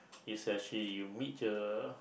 it's actually you meet uh